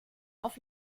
auf